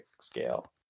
scale